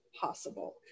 possible